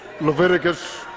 Leviticus